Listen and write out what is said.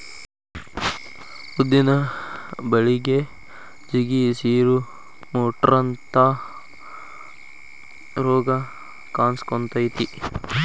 ಉದ್ದಿನ ಬಳಿಗೆ ಜಿಗಿ, ಸಿರು, ಮುಟ್ರಂತಾ ರೋಗ ಕಾನ್ಸಕೊತೈತಿ